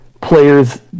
Players